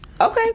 Okay